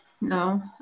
No